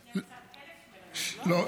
12,000 מלגות, לא?